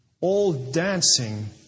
all-dancing